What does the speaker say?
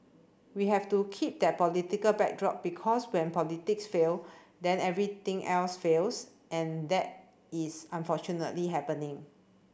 we have to keep that political backdrop because when politics fail then everything else fails and that is unfortunately happening